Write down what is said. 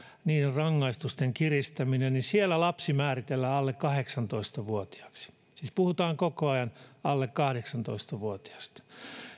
rangaistusten kiristäminen niin siellä lapsi määritellään alle kahdeksantoista vuotiaaksi siis puhutaan koko ajan alle kahdeksantoista vuotiaista